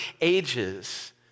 ages